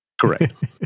correct